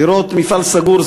לראות מפעל סגור,